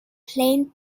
plane